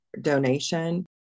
donation